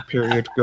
Period